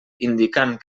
indicant